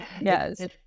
Yes